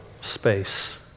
space